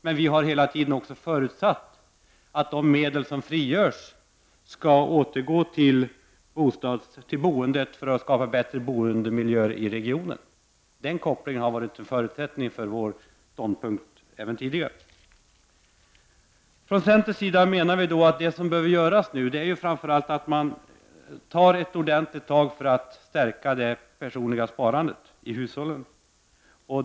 Men vi har hela tiden också förutsatt att de medel som frigörs skall gå till boendet för att skapa bättre boendemiljöer i regionen. Den kopplingen har varit förutsättningen för vår ståndpunkt även tidigare. Vi från centerns sida menar att vad som behöver göras är att man tar ett ordenligt tag för att stärka det personliga sparandet i hushållen.